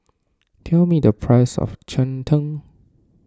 tell me the price of Cheng Tng